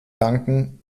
danken